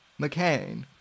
McCain